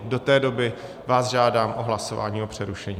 Do té doby vás žádám o hlasování o přerušení.